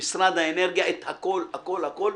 למשרד האנרגיה את הכול הכול הכול,